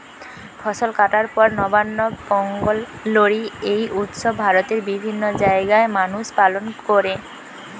ফসল কাটার পর নবান্ন, পোঙ্গল, লোরী এই উৎসব ভারতের বিভিন্ন জাগায় মানুষ পালন কোরে